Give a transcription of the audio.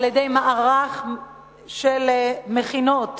על-ידי מערך של מכינות